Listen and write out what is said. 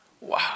Wow